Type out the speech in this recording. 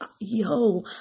yo